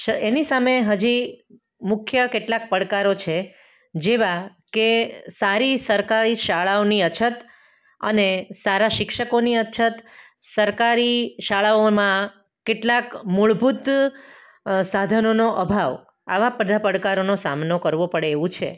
એની સામે હજી મુખ્ય કેટલાક પડકારો છે જેવા કે સારી સરકારી શાળાઓની અછત અને સારા શિક્ષકોની અછત સરકારી શાળાઓમાં કેટલાંક મૂળભૂત સાધનોનો અભાવ આવા બધા પડકારોનો સામનો કરવો પડે એવું છે